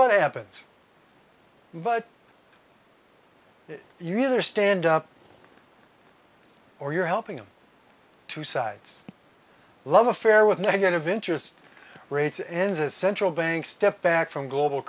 what happens but if you really are stand up or you're helping them two sides love affair with negative interest rates ends a central bank stepped back from global